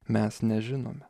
mes nežinome